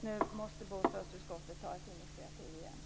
Nu måste bostadsutskottet ta ett initiativ igen.